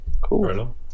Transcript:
cool